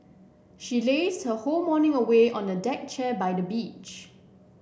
she lazed her whole morning away on a deck chair by the beach